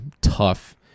tough